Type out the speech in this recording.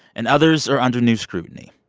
and others are under new scrutiny.